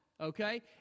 okay